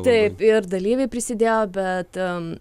taip ir dalyviai prisidėjo bet